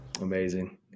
amazing